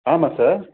ஆமாம் சார்